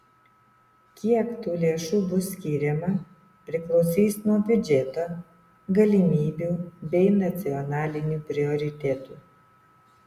kiek tų lėšų bus skiriama priklausys nuo biudžeto galimybių bei nacionalinių prioritetų